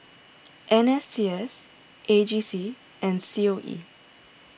N S C S A G C and C O E